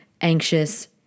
anxious